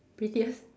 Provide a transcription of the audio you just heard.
prettiest